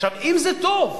עכשיו, אם זה טוב,